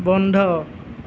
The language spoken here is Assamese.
বন্ধ